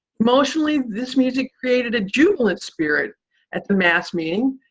emotionally, this music created a jubilant spirit at the mass meeting,